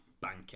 banker